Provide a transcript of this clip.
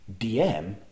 DM